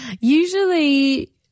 Usually